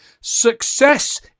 Success